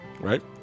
right